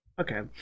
Okay